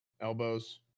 elbows